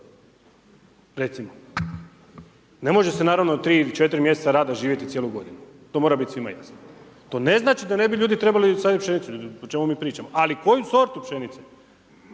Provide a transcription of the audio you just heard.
Recimo. Ne može se naravno 3 ili 4 mj. rada živjeti cijelu g. to mora biti svima jasno. To ne znači da ne bi ljudi trebali saditi pšenicu, o čemu mi pričamo, ali koju sortu pšenice